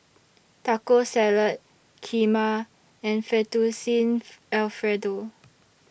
Taco Salad Kheema and Fettuccine Alfredo